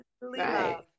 love